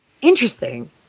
Interesting